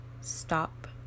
stop